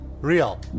real